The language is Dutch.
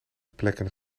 plekken